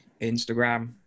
instagram